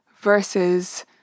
versus